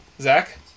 Zach